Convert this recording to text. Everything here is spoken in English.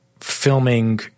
filming